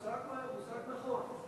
זה מושג נכון.